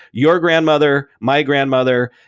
your grandmother, my grandmother,